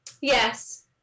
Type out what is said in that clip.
Yes